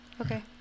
Okay